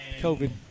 COVID